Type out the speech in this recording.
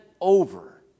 over